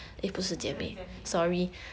三个姐妹 ah